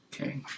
Okay